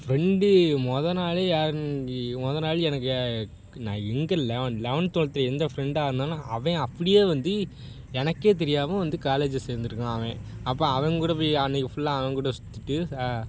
friend முதனாலே யாருன்னு இவுங் மொதல் நாள் எனக்கு நான் எங்கள் லெவன் லெவன்த் டுவெல்த்து எந்த ஃப்ரெண்டாக இருந்தானோ அவன் அப்படியே வந்து எனக்கே தெரியாமல் வந்து காலேஜ்ஜில் சேர்ந்துருக்கான் அவன் அப்போ அவன் கூட போய் அன்றைக்கு ஃபுல்லாக அவங்கூட சுற்றிட்டு